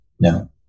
no